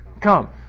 come